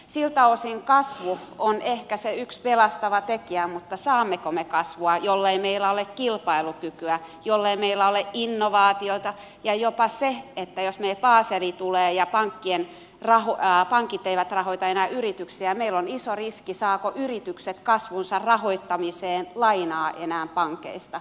siltä osin kasvu on ehkä se yksi pelastava tekijä mutta saammeko me kasvua jollei meillä ole kilpailukykyä jollei meillä ole innovaatioita ja jos baselin sopimus tulee ja pankit eivät rahoita enää yrityksiä meillä on jopa iso riski etteivät yritykset saa kasvunsa rahoittamiseen enää lainaa pankeista